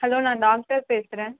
hello நான் doctor பேசுகிறேன்